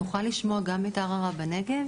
נוכל לשמוע גם את ערערה בנגב?